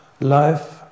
life